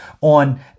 on